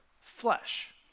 flesh